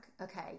Okay